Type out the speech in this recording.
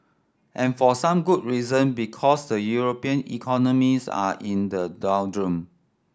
and for some good reason because the European economies are in the doldrums